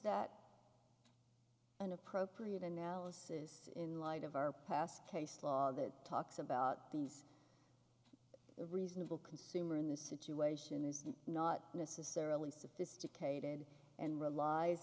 that an appropriate analysis in light of our past case law that talks about these reasonable consumer in this situation is not necessarily sophisticated and relies